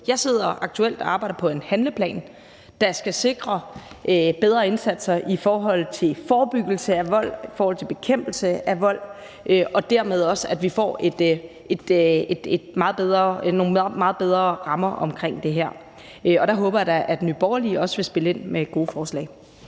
Jeg sidder aktuelt og arbejder på en handleplan, der skal sikre bedre indsatser i forhold til forebyggelse af vold, i forhold til bekæmpelse af vold, så vi dermed også får nogle meget bedre rammer omkring det her. Og der håber jeg da, at Nye Borgerlige også vil spille ind med gode forslag.